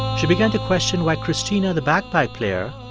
she began to question why cristina the bagpipe player,